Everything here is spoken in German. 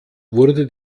wurde